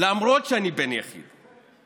למרות שאני בן יחיד,